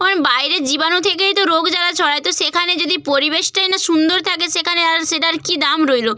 ওখানে বাইরে জীবাণু থেকেই তো রোগ জ্বালা ছড়ায় তো সেখানে যদি পরিবেশটাই না সুন্দর থাকে সেখানে আর সেটার কী দাম রইল